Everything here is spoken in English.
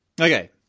Okay